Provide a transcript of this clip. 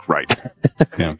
Right